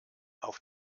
auf